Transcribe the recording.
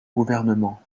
gouvernement